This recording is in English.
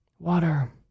Water